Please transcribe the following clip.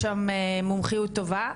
יש שם מומחיות טובה,